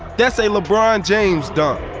that's a lebron james dunk.